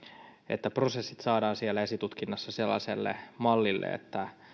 että prosessit saadaan siellä esitutkinnassa sellaiselle mallille